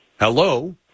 Hello